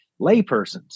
laypersons